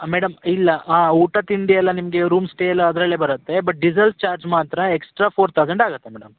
madam ಇಲ್ಲ ಹಾಂ ಊಟ ತಿಂಡಿ ಎಲ್ಲ ನಿಮಗೆ ರೂಮ್ಸ್ ಸ್ಟೇ ಎಲ್ಲ ಅದರಲ್ಲೇ ಬರುತ್ತೆ ಬಟ್ ಡೀಸೆಲ್ ಚಾರ್ಜ್ ಮಾತ್ರ ಎಕ್ಸ್ಟ್ರಾ ಫೋರ್ ತೌಸಂಡ್ ಆಗುತ್ತೆ ಮೇಡಮ್